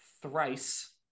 thrice